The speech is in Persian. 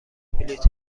بلیط